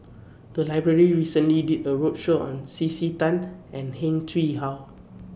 The Library recently did A roadshow on C C Tan and Heng Chee How